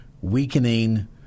weakening